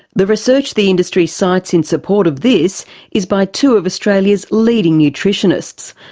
the research the industry cites in support of this is by two of australia's leading nutritionists.